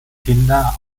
kinder